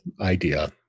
idea